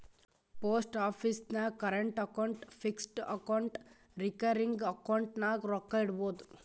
post office ನಾಗ್ current account, fixed account, recurring account ನಾಗ್ ರೊಕ್ಕಾ ಇಡ್ಬೋದ್